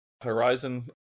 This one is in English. Horizon